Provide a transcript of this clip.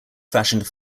fashioned